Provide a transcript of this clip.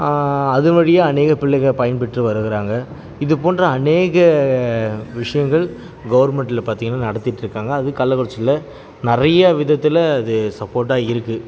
அது வழியாக அநேக பிள்ளைகள் பயன்பெற்று வருகுறாங்க இது போன்ற அநேக விஷயங்கள் கவர்மெண்டில் பார்த்திங்கன்னா நடத்திட்டுருக்காங்க அதுவும் கள்ளக்குறிச்சியில நிறையா விதத்தில் அது சப்போட்டாக இருக்கு